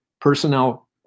personnel